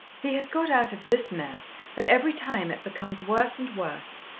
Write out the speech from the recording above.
he has got out of this mess, but every time it becomes worse and worse,